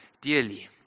dearly